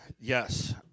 Yes